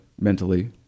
mentally